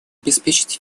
обеспечить